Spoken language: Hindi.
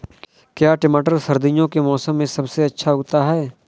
क्या टमाटर सर्दियों के मौसम में सबसे अच्छा उगता है?